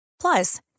Plus